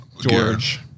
George